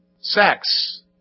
sex